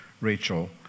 Rachel